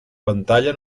pantalla